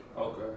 Okay